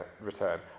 return